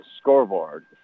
scoreboard